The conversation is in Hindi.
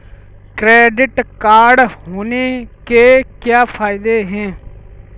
क्रेडिट कार्ड होने के क्या फायदे हैं?